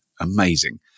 amazing